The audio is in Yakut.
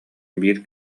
биир